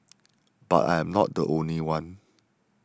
but I'm not the only one